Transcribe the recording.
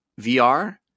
VR